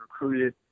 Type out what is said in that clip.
recruited